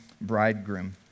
bridegroom